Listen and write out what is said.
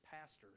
pastors